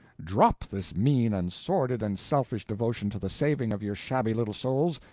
drop this mean and sordid and selfish devotion to the saving of your shabby little souls,